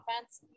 offense